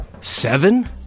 Seven